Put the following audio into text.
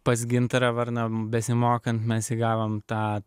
pas gintarą varną besimokant mes įgavom tą